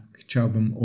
chciałbym